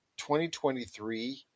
2023